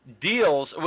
deals